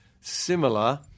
similar